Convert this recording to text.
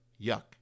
Yuck